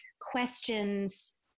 questions